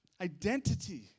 identity